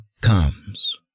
comes